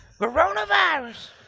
Coronavirus